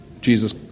Jesus